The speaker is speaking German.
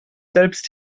selbst